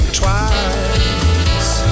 twice